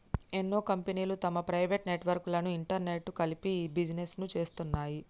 ఎన్నో కంపెనీలు తమ ప్రైవేట్ నెట్వర్క్ లను ఇంటర్నెట్కు కలిపి ఇ బిజినెస్ను చేస్తున్నాయి